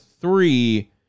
three